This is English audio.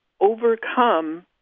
overcome